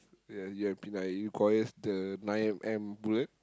ya the M_P nine it requires the nine M_M bullet